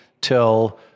till